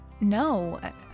No